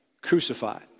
Crucified